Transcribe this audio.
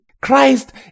Christ